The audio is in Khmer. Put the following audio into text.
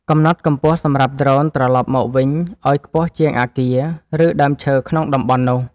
កំណត់កម្ពស់សម្រាប់ដ្រូនត្រលប់មកវិញ ឱ្យខ្ពស់ជាងអាគារ ឬដើមឈើក្នុងតំបន់នោះ។